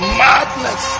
madness